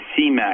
CMAX